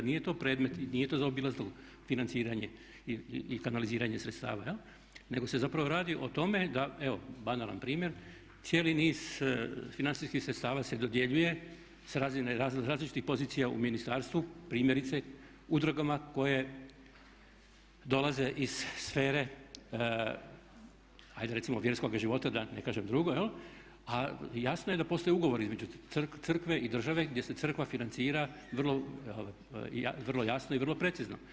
Nije to predmet i nije to zaobilazno financiranje i kanaliziranje sredstava nego se zapravo radi o tome, evo banalan primjer cijeli niz financijskih sredstava se dodjeljuje s razine različitih pozicija u ministarstvu primjerice udrugama koje dolaze iz sfere ajde recimo vjerskoga života da ne kažem drugo, a jasno je da postoje ugovori između Crkve i države, gdje se Crkva financira vrlo jasno i vrlo precizno.